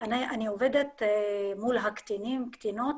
אני עובדת מול הקטינים והקטינות.